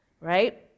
right